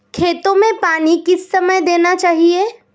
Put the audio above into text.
खेतों में पानी किस समय देना चाहिए?